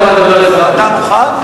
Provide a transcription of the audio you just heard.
בבקשה, מוכן?